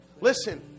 Listen